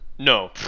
No